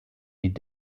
die